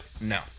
No